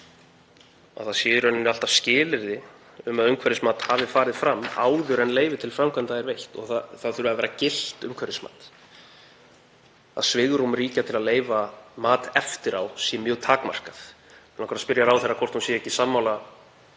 það sé í rauninni alltaf skilyrði um að umhverfismat hafi farið fram áður en leyfi til framkvæmda er veitt og það þurfi að vera gilt umhverfismat. Svigrúm ríkja til að leyfa mat eftir á sé mjög takmarkað. Mig langar að spyrja ráðherra hvort hún sé ekki sammála